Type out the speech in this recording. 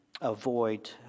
avoid